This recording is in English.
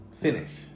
finish